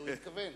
לזה הוא התכוון.